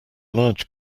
large